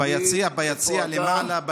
פה, ביציע, ביציע, למעלה.